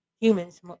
humans